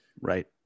right